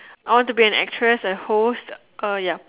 I wanted to be an actress a host uh ya